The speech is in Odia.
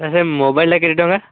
ସେ ମୋବାଇଲଟା କେତେ ଟଙ୍କା